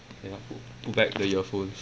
then I put put back the earphones